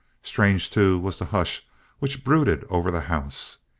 strange, too, was the hush which brooded over the house.